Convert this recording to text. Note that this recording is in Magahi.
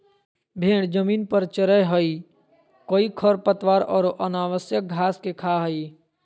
भेड़ जमीन पर चरैय हइ कई खरपतवार औरो अनावश्यक घास के खा हइ